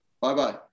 bye-bye